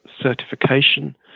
certification